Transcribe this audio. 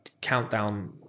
countdown